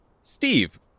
Steve